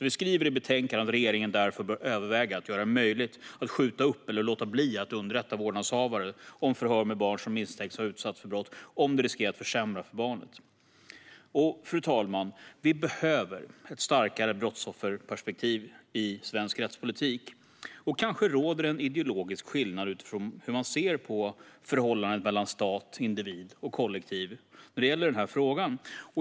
Vi skriver i betänkandet att regeringen därför bör överväga att göra det möjligt att skjuta upp eller låta bli att underrätta vårdnadshavare om förhör med barn som misstänks ha utsatts för brott om det riskerar att försämra för barnet. Fru talman! Vi behöver ett starkare brottsofferperspektiv i svensk rättspolitik. Kanske råder det en ideologisk skillnad utifrån hur man ser på förhållandet mellan stat, individ och kollektiv i den här frågan.